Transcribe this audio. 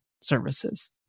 services